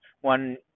one